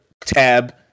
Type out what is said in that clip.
tab